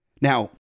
Now